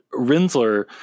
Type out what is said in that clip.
rinsler